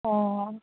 অ'